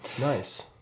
Nice